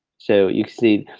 so you can see,